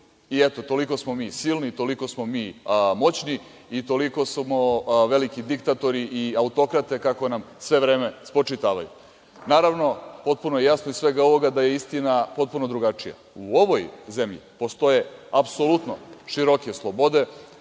i eto toliko smo mi silini, toliko smo mi moćni i toliko smo veliki diktatori i autokrate, kako nam sve vreme spočitavaju. Naravno, potpuno je jasno iz svega ovoga da je istina potpuno drugačija. U ovoj zemlji postoje apsolutno široke slobode,